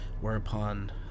whereupon